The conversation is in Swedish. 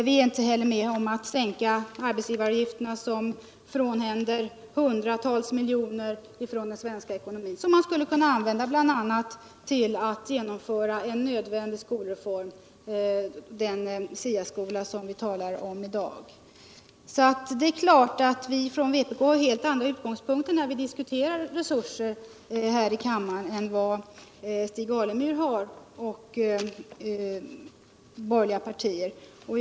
Vi är inte heller med om att sänka arbetsgivaravgifterna, något som frånhänder den svenska ckonomin hundratusentals miljoner, som skulle kunna användas bl.a. ull att genomföra en nödvändig skolreform, den STA skola som vi I dag talar om. Vi i vpk har alltså helt andra utgångspunkter när vi här i kammaren diskuterar resursfrågor än vad Stig Alemyr och de borgerliga partiernas företrädare har.